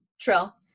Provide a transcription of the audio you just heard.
Trill